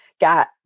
got